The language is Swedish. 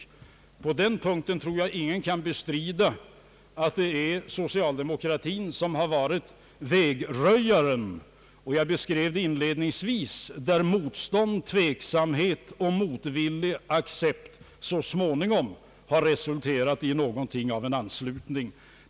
Jag tror inte att det finns någon som på den punkten kan bestrida, att det är socialdemokratin som har varit vägröjaren, och jag beskrev inledningsvis att motstånd, tveksamhet och motvillig accept i detta fall så småningom har resulterat i någonting av en anslutning.